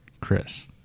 Chris